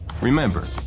Remember